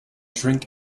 drink